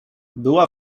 była